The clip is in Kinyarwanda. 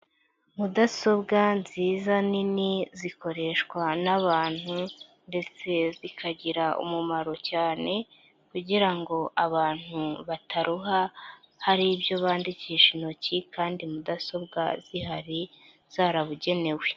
Mudasobwa nziza nini zikoreshwa n'abantu ndetse zikagira umumaro cyane kugira ngo abantu bataruha, hari ibyo bandikisha intoki kandi mudasobwa zihari zarabugenewe.